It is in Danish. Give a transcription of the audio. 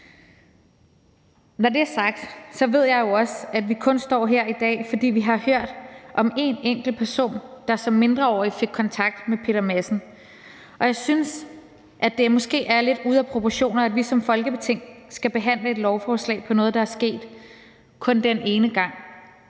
Når det er sagt, ved jeg jo også, at vi kun står her i dag, fordi vi har hørt om én enkelt person, der som mindreårig fik kontakt med Peter Madsen. Og jeg synes, at det måske er lidt ude af proportioner, at vi som Folketing skal behandle et lovforslag om noget, der kun er sket den ene gang